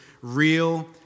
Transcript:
Real